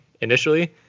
initially